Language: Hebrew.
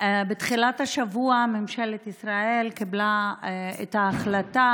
בתחילת השבוע ממשלת ישראל קיבלה את ההחלטה